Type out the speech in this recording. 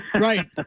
right